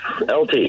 LT